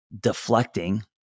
deflecting